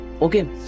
Okay